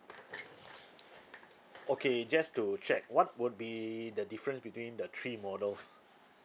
okay just to check what would be the difference between the three models